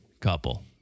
couple